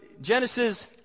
Genesis